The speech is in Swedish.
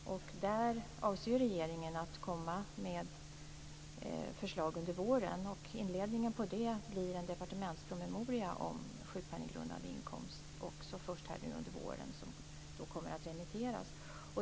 Regeringen avser att komma med förslag på det området under våren. Inledningen på det blir en departementspromemoria om sjukpenninggrundande inkomst i början av våren, som kommer att remitteras.